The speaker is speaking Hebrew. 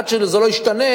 עד שזה לא ישתנה,